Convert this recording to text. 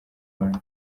rwanda